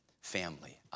family